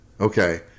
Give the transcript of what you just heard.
Okay